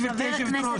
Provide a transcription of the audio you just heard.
גברתי היושבת-ראש,